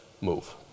move